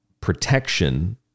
protection